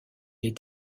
est